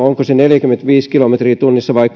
onko se neljäkymmentäviisi kilometriä tunnissa vai